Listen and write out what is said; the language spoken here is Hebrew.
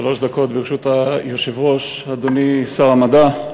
ברשות היושב-ראש, אדוני, שר המדע,